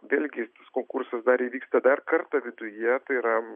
vėlgi konkursas dar įvyksta dar kartą viduje tai yra